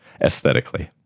aesthetically